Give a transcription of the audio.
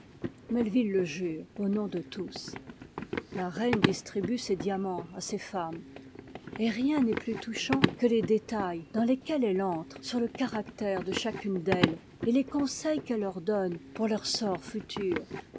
metvit e jure au nom de tous la reine distribue ses diamants à ses femmes et rien n'est plus touchant que les détails dans lesquels elle entre sur le caractère de chacune d'elles et les conseils qu'elle leur donne pour teur sort futur